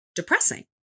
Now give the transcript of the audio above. Depressing